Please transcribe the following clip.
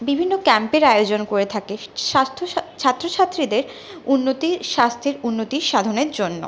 বিভিন্ন ক্যাম্পের আয়োজন করে থাকে স্বাস্থ্য ছাত্রছাত্রীদের উন্নতি স্বাস্থ্যের উন্নতিসাধনের জন্য